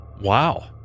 Wow